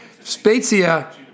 Spezia